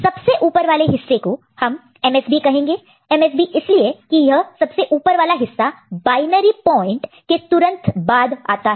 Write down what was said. सबसे ऊपर वाले को हम MSB कहेंगे MSB इसलिए की यह सबसे ऊपर वाला हिस्सा बायनरी पॉइंट के तुरंत बाद आता है